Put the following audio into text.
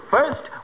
First